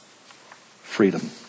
Freedom